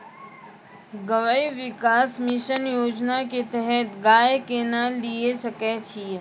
गव्य विकास मिसन योजना के तहत गाय केना लिये सकय छियै?